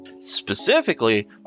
specifically